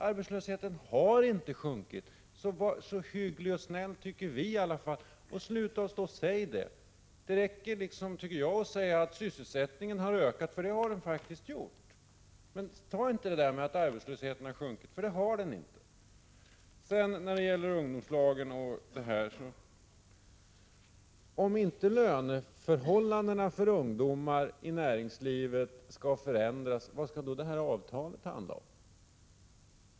Arbetslösheten har inte sjunkit. Sluta därför att påstå det! Jag tycker att det räcker att säga att sysselsättningen har ökat, för det har den faktiskt gjort. Så några ord om ungdomslagen. Om inte löneförhållandena för ungdomar i näringslivet skall förändras, vad skall då det här avtalet handla om?